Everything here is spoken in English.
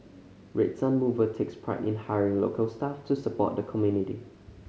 Red Sun Mover takes pride in hiring local staff to support the community